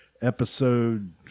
Episode